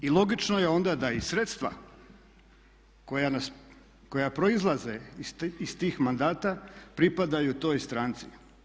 I logično je onda da i sredstva koja proizlaze iz tih mandata pripadaju toj stranci.